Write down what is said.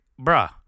bruh